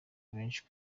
benshi